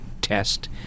test